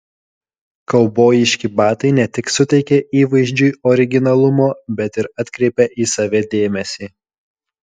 kaubojiški batai ne tik suteikia įvaizdžiui originalumo bet ir atkreipia į save dėmesį